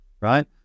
Right